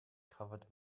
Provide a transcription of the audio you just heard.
covered